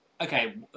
Okay